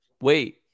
Wait